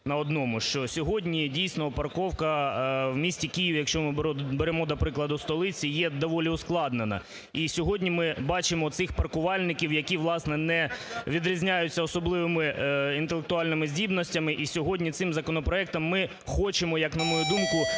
на одному, що сьогодні, дійсно, парковка в місті Києві, якщо ми беремо, наприклад, у столиці є доволі ускладнена. І сьогодні ми бачимо цих паркувальників, які, власне, не відрізняються особливими інтелектуальними здібностями і сьогодні цим законопроектом, ми хочемо, як на мою думку,